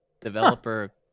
developer